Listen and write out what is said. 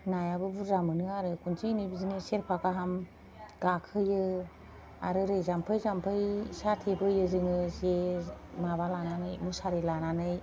नायाबो बुर्जा मोनो आरो खनसेयैनो बिदिनो सेरफा गाहाम गाखोयो आरो ओरै जाम्फै जाम्फै साथेबोयो जोङो जे माबा लानानै मुसारि लानानै